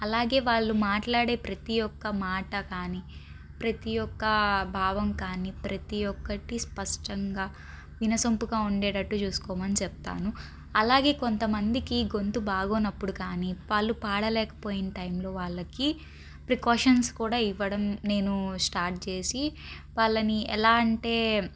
అలాగే వాళ్ళు మాట్లాడే ప్రతి ఒక్క మాట కానీ ప్రతి ఒక్క భావం కానీ ప్రతి ఒకటి స్పష్టంగా వినసొంపుగా ఉండేటట్టు చూసుకోమని చెప్తాను అలాగే కొంతమందికి గొంతు బాగోనప్పుడు కానీ వాళ్ళు పాడలేకపోయిన టైంలో వాళ్ళకి ప్రికాషన్స్ కూడా ఇవ్వడం నేను స్టార్ట్ చేసి వాళ్ళని ఎలా అంటే